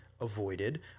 avoided